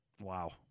Wow